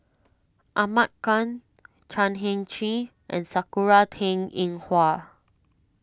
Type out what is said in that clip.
Ahmad Khan Chan Heng Chee and Sakura Teng Ying Hua